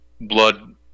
blood